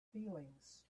feelings